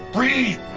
Breathe